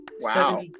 Wow